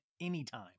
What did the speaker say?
anytime